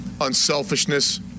Unselfishness